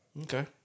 Okay